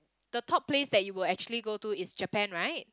the top place that you would actually go to is Japan right